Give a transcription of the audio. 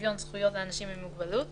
שוויון זכויות לאנשים עם מוגבלות